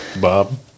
Bob